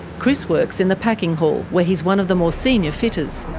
chris works in the packing hall, where he's one of the more senior fitters.